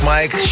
Mike